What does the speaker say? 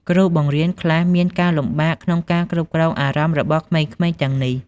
គ្រូបង្រៀនខ្លះមានការលំបាកក្នុងការគ្រប់គ្រងអារម្មណ៍របស់ក្មេងៗទាំងនេះ។